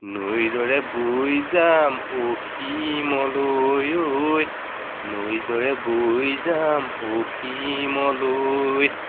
নৈৰ দৰে বৈ যাম অসীমলৈ ঐ নৈ দৰে বৈ যাম অসীমলৈ